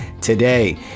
today